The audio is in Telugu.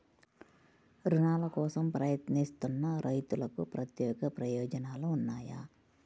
రుణాల కోసం ప్రయత్నిస్తున్న రైతులకు ప్రత్యేక ప్రయోజనాలు ఉన్నాయా?